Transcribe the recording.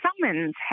summons